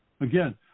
Again